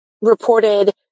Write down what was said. reported